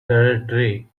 territory